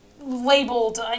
labeled